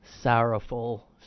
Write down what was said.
sorrowful